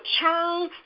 turn